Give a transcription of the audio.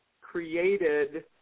created